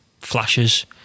flashes